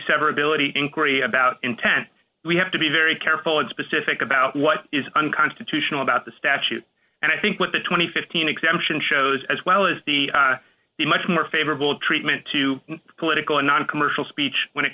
severability inquiry about intent we have to be very careful and specific about what is unconstitutional about the statute and i think what the two thousand and fifteen exemption shows as well is the much more favorable treatment to political or non commercial speech when it